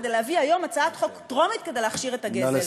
כדי להביא היום הצעת חוק טרומית כדי להכשיר את הגזל.